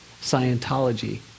Scientology